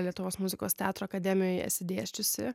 lietuvos muzikos teatro akademijoje esi dėsčiusi